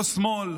לא שמאל.